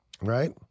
Right